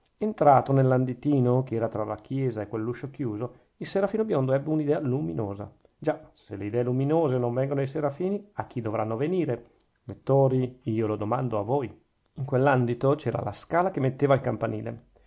entrato nell'anditino che era tra la chiesa e quell'uscio chiuso il serafino biondo ebbe un'idea luminosa già se le idee luminose non vengono ai serafini a chi dovranno venire lettori io lo domando a voi in quell'andito c'era la scala che metteva al campanile